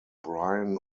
brian